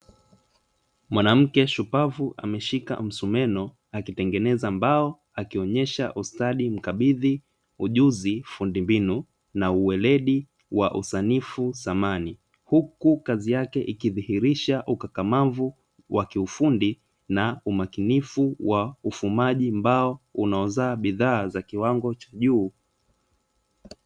Mwanamke shupavu ameshika msumeno akitengeneza mbao akionyesha ustadi mkabidhi, ujuzi, fundi mbinu na uweledi wa usanifu samani huku kazi yake ikidhihirisha ukakamavu wa kiufundi na umakinifu wa uvunaji mbao unaozaa bidhaa za kiwango cha juu.